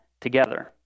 together